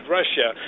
Russia